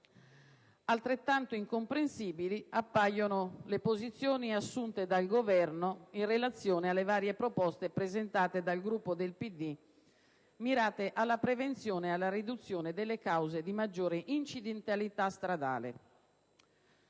Altrettanto incomprensibili appaiono le posizioni assunte dal Governo in relazione alle varie proposte presentate dal Gruppo del Partito Democratico, mirate alla prevenzione e alla riduzione delle cause di maggiore incidentalità stradale.